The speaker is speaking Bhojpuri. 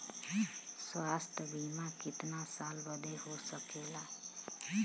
स्वास्थ्य बीमा कितना साल बदे हो सकेला?